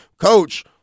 coach